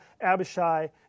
Abishai